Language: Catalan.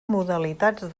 modalitats